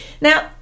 now